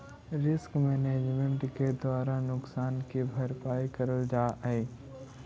risk management के द्वारा नुकसान की भरपाई करल जा हई